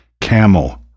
Camel